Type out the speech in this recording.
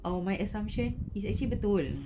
or my assumption is actually betul